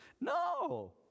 No